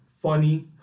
Funny